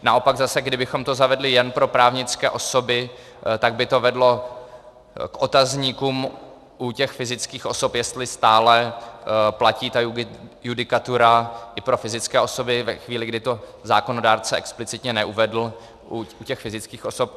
Naopak zase kdybychom to zavedli jen pro právnické osoby, tak by to vedlo k otazníkům u fyzických osob, jestli stále platí ta judikatura i pro fyzické osoby ve chvíli, kdy to zákonodárce explicitně neuvedl u těch fyzických osob.